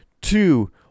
two